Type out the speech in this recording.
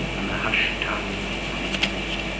and the hushed town breathing.